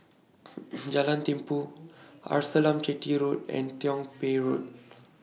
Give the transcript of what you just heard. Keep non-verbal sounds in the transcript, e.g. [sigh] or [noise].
[noise] Jalan Tumpu Arnasalam Chetty Road and Tiong Poh Road